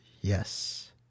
Yes